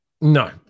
no